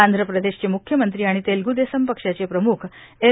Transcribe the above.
आंध्र प्रदेशचे मुख्यमंत्री आणि तेलगु देसम पक्षाचे प्रमुख एन